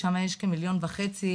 שם יש כמיליון וחצי,